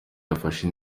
yafashe